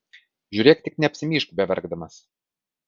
žiūrėk tik neapsimyžk beverkdamas